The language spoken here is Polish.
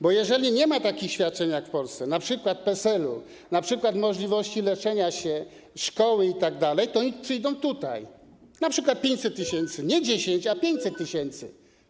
Bo jeżeli nie ma takich świadczeń jak w Polsce, np. PESEL-u, możliwości leczenia się, chodzenia do szkoły itd., to oni przyjdą tutaj, np. 500 tys. - nie 10, a 500 tys.